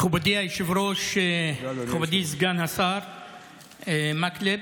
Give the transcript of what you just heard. מכובדי היושב-ראש, מכובדי סגן השר מקלב,